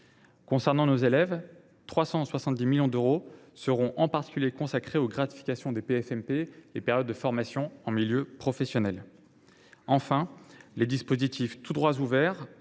Concernant les élèves, 370 millions d’euros seront consacrés aux gratifications des périodes de formation en milieu professionnel (PFMP). Enfin, les dispositifs « Tous droits ouverts